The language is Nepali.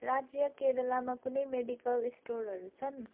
राज्य केरलामा कुनै मेडिकल स्टोरहरू छन्